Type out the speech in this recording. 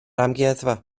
amgueddfa